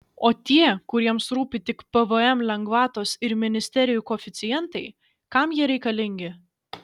o tie kuriems rūpi tik pvm lengvatos ir ministerijų koeficientai kam jie reikalingi